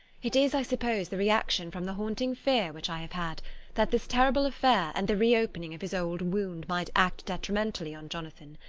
it is, i suppose, the reaction from the haunting fear which i have had that this terrible affair and the reopening of his old wound might act detrimentally on jonathan.